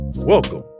Welcome